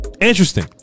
Interesting